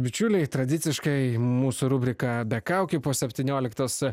bičiuliai tradiciškai mūsų rubrika be kaukių po septynioliktos